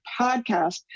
podcast